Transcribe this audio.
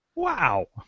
Wow